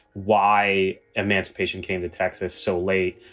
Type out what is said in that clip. why emancipation came to texas so late.